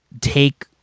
take